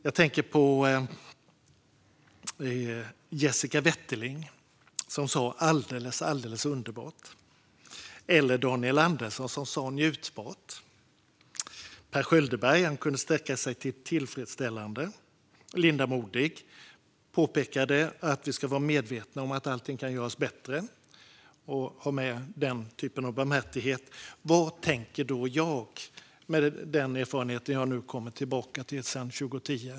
Jessica Wetterling sa att det var alldeles underbart. Daniel Andersson sa njutbart. Per Schöldberg kunde sträcka sig till tillfredsställande. Linda Modig påpekade att vi ska vara medvetna om att allting kan göras bättre och ha med oss den typen av barmhärtighet. Vad tänker då jag med min erfarenhet av granskningsarbete sedan 2010?